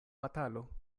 batalo